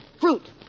fruit